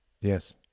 Yes